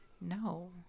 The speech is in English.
no